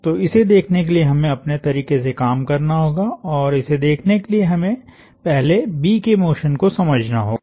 तो इसे देखने के लिए हमें अपने तरीके से काम करना होगा और इसे देखने के लिए हमें पहले B के मोशन को समझना होगा